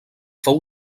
fou